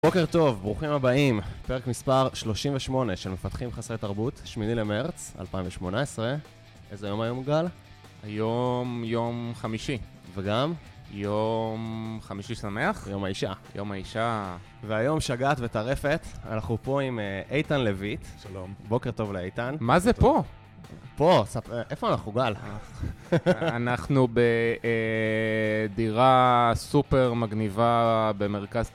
בוקר טוב, ברוכים הבאים, פרק מספר 38 של מפתחים חסרי תרבות, שמיני למרץ, 2018. איזה יום היום גל? היום, יום חמישי. וגם? יום חמישי שמח. יום האישה. יום האישה. והיום שגעת וטרפת, אנחנו פה עם איתן לויט. שלום. בוקר טוב לאיתן. מה זה פה? פה, איפה אנחנו גל? אנחנו בדירה סופר מגניבה במרכז...